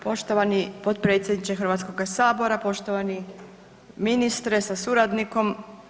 Poštovani potpredsjedniče Hrvatskoga sabora, poštovani ministre sa suradnikom.